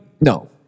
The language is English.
No